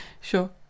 Sure